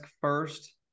first